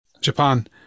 Japan